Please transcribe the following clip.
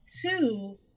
two